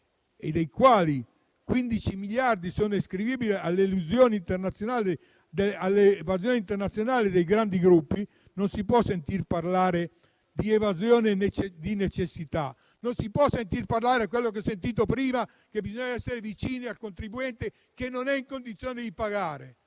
dei quali 15 miliardi sono ascrivibili alle evasioni internazionali dei grandi gruppi, non si può sentir parlare di evasione di necessità. Non si può sentir parlare di quello che ho sentito prima, ovvero del fatto che bisogna essere vicini al contribuente che non è in condizioni di pagare.